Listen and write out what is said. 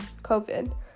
COVID